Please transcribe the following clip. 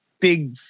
big